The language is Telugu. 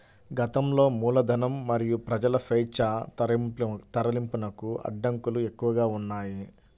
గతంలో మూలధనం మరియు ప్రజల స్వేచ్ఛా తరలింపునకు అడ్డంకులు ఎక్కువగా ఉన్నాయి